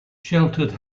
sheltered